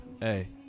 hey